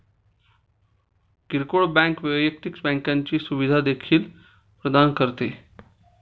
किरकोळ बँक वैयक्तिक बँकिंगची सुविधा देखील प्रदान करते